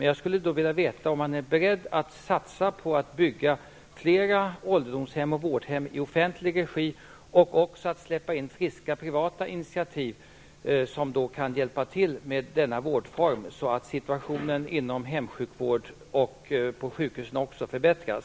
Jag skulle därför vilja veta om man är beredd att satsa på att bygga fler ålderdomshem och vårdhem i offentlig regi och också att tillåta friska privata initiativ, som kan bidra till att situationen inom hemsjukvård och på sjukhus förbättras.